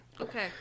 Okay